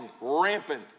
rampant